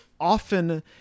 often